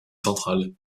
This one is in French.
centrale